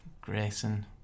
Grayson